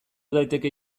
daiteke